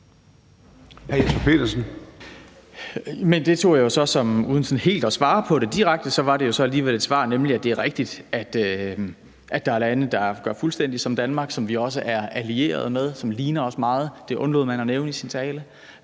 at man sådan direkte svarede på spørgsmålet, var det jo alligevel et svar om, at det er rigtigt, at der er lande, der gør fuldstændig som Danmark, som vi også er allieret med, og som ligner os meget. Det undlod man at nævne i sin tale